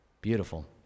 Beautiful